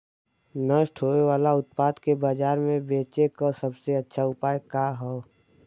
नष्ट होवे वाले उतपाद के बाजार में बेचे क सबसे अच्छा उपाय का हो?